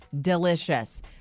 Delicious